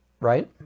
right